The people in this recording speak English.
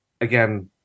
again